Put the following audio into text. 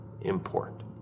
import